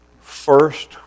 First